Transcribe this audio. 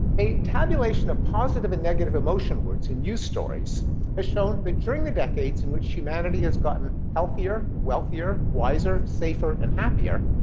a tabulation of positive and negative emotion words in news stories has shown that during the decades in which humanity has gotten healthier, wealthier, wiser, safer and happier,